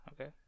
okay